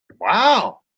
Wow